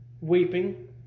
weeping